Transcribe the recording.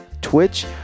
Twitch